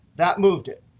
that moved it.